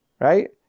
right